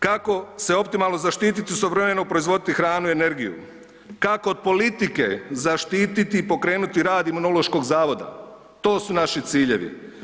Kako se optimalno zaštititi i istovremeno proizvoditi hranu i energiju, kako od politike zaštiti i pokrenuti rad Imunološkog zavoda, to su naši ciljevi.